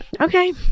Okay